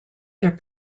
their